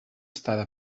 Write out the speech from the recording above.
estada